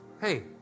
Hey